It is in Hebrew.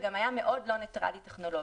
והוא גם היה מאוד לא ניטרלי טכנולוגית.